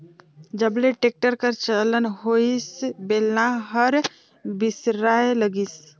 जब ले टेक्टर कर चलन होइस बेलना हर बिसराय लगिस